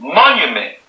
monument